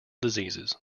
diseases